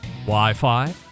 Wi-Fi